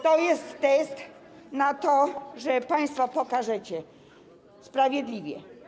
To jest test na to, że państwo pokażecie: sprawiedliwie.